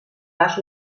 pas